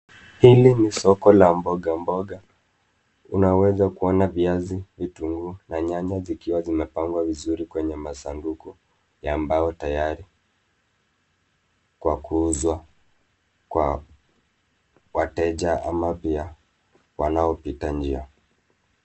Hili ni soko la mboga mboga . Unaweza kuona viazi, vitunguu na nyanya zimepangwa vizuri kwenye masanduku ya mbao tayari kwa kuuzwa kwa wateja ama pia wanaopita njia.